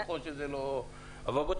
אבל בוא,